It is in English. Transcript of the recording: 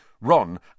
Ron